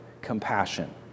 compassion